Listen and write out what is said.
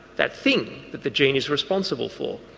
that thing that the gene is responsible for.